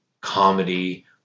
comedy